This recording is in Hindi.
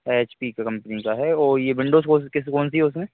एच पी कम्पनी का है और यह विंडोज कौ किस कौनसी है उसमें